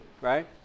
right